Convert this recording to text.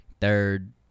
third